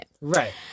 Right